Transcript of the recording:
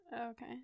Okay